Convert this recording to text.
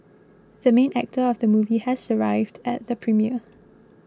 the main actor of the movie has arrived at the premiere